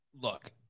Look